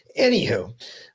Anywho